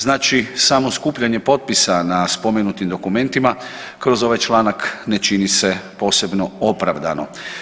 Znači samo skupljanje potpisa na spomenutim dokumentima kroz ovaj članak ne čini se posebno opravdano.